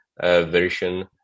version